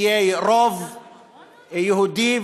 יהיה רוב יהודי,